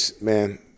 man